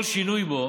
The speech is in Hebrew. כל שינוי בו